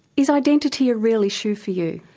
is identity a real issue for you?